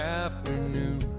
afternoon